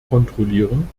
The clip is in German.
kontrollieren